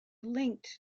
linked